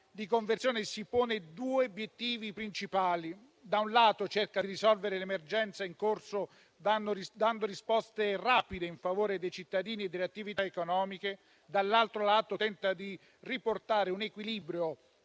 di conversione si pone due obiettivi principali: da un lato, cerca di risolvere l'emergenza in corso dando risposte rapide in favore dei cittadini e delle attività economiche, dall'altro lato tenta di riportare un equilibrio